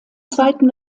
zweiten